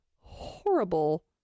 horrible